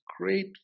great